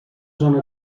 zona